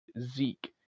Zeke